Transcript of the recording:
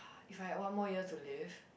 if I have one more year to live